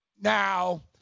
Now